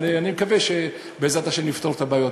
אבל אני מקווה שבעזרת השם נפתור את הבעיות.